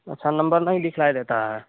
अच्छा नंबर नहीं दिखलाई देता है